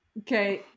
Okay